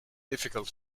difficult